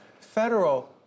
federal